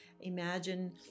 imagine